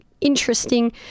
interesting